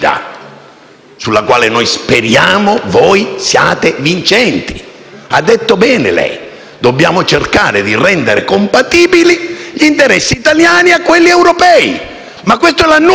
sulla quale noi speriamo voi siate vincenti. Ha detto bene lei: dobbiamo cercare di rendere compatibili gli interessi italiani con quelli europei. Ma questo è un annuncio.